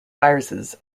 viruses